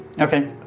Okay